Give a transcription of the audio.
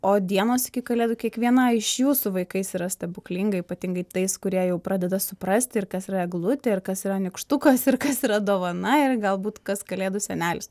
o dienos iki kalėdų kiekviena iš jų su vaikais yra stebuklinga ypatingai tais kurie jau pradeda suprasti ir kas yra eglutė ir kas yra nykštukas ir kas yra dovana ir galbūt kas kalėdų senelis